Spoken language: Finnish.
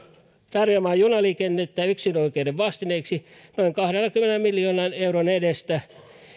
tarjoamaan junaliikennettä yksinoikeuden vastineeksi noin kahdenkymmenen miljoonan euron edestä